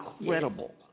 incredible